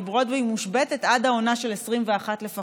כי ברודווי מושבתת עד העונה של 2021 לפחות.